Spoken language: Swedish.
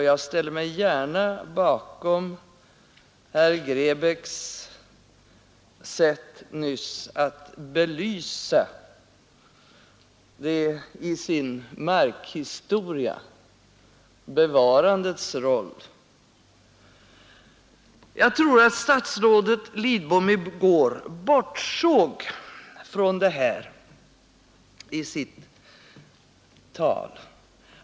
Jag ställer mig gärna bakom det sätt på vilket herr Grebäck nyss i sin markhistoria belyste bevarandets roll. Jag tror att statsrådet Lidbom i sitt tal i går bortsåg från det här.